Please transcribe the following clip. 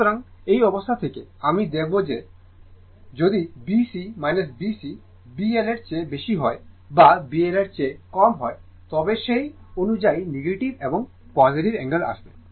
সুতরাং এই অবস্থা থেকে আমি দেখতে পাচ্ছি যে যদি B C B C B L এর চেয়ে বেশি বা B L এর চেয়ে কম হয় তবে সেই অনুযায়ী নেগেটিভ এবং পজিটিভ অ্যাঙ্গেল আসবে